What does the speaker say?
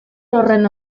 horren